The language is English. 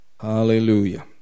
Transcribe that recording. Hallelujah